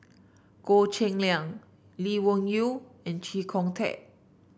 Goh Cheng Liang Lee Wung Yew and Chee Kong Tet